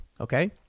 Okay